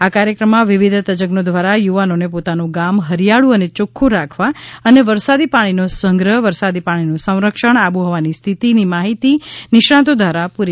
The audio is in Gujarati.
આ કાર્યક્રમમાં વિવિધ તજજ્ઞો દ્વારા યુવાનોને પોતાનું ગામ હરિયાળુ અને ચોખ્ખું રાખવા અને વરસાદી પાણીનો સંગ્રહ વરસાદી પાણીનું સંરક્ષણ આબોહવાની સ્થિતિની માહિતી નિષ્ણાતો દ્વારા પુરી પાડવામાં આવી હતી